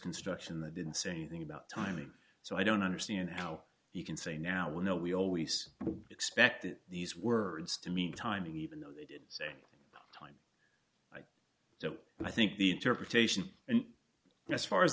construction that didn't say anything about timing so i don't understand how you can say now we know we always expected these words to mean timing even though they did say so i think the interpretation and as far as